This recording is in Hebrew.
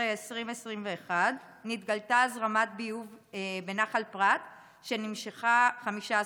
בדצמבר 2021 התגלתה הזרמת ביוב בנחל פרת שנמשכה 15 יום.